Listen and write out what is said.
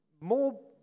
more